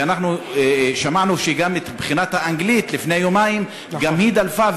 ואנחנו שמענו שבחינת האנגלית לפני יומיים גם היא דלפה,